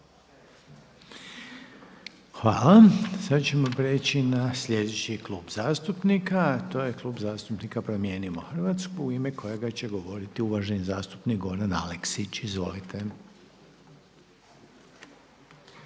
Hvala. Sada ćemo prijeći na sljedeći Klub zastupnika a to je Klub zastupnika Promijenimo Hrvatsku u ime kojega će govoriti uvaženi zastupnik Goran Aleksić. Izvolite.